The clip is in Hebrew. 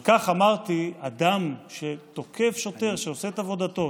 על כך אמרתי: אדם שתוקף שוטר שעושה את עבודתו,